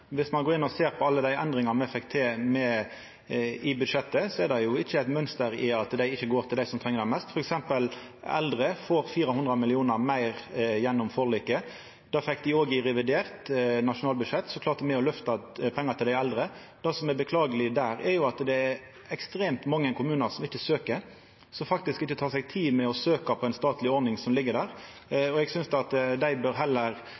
ein går inn og ser på alle dei endringane me fekk til i budsjettet, er det ikkje eit mønster at dei ikkje går til dei som treng det mest. Eldre får f.eks. 400 mill. kr meir gjennom forliket. Det fekk dei òg i revidert nasjonalbudsjett. Òg der klarte me å løfta pengar til dei eldre. Det som er beklageleg der, er at det er ekstremt mange kommunar som ikkje søkjer, som faktisk ikkje tek seg tid til å søkja på ei statleg ordning som ligg der. Eg synest dei heller bør